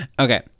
Okay